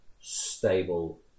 stable